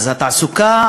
התעסוקה